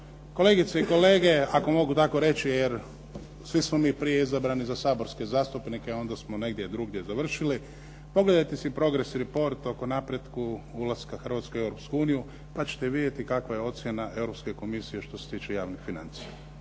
Kolegice i kolege, ako mogu tako reći, jer svi smo prije izabrani za saborske zastupnice a onda smo negdje drugdje završili, pogledajte si progress report o napretku ulaska Hrvatske u Europsku uniju pa ćete vidjeti kakva je ocjena Europske komisije što se tiče javnih financija.